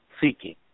seeking